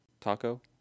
taco